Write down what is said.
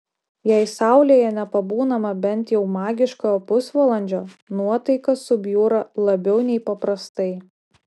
jei saulėje nepabūnama bent jau magiškojo pusvalandžio nuotaika subjūra labiau nei paprastai